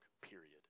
period